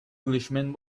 englishman